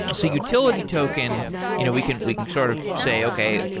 so utility token you know we can we can sort of say, okay,